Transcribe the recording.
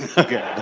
okay,